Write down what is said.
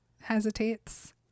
hesitates